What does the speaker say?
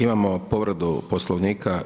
Imamo povredu Poslovnika.